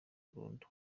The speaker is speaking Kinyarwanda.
burundu